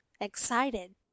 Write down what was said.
Excited